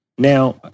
Now